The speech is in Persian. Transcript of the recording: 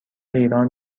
ایران